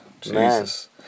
Jesus